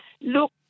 Look